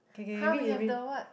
[huh] we have the what